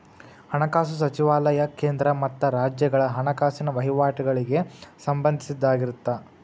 ಹಣಕಾಸು ಸಚಿವಾಲಯ ಕೇಂದ್ರ ಮತ್ತ ರಾಜ್ಯಗಳ ಹಣಕಾಸಿನ ವಹಿವಾಟಗಳಿಗೆ ಸಂಬಂಧಿಸಿದ್ದಾಗಿರತ್ತ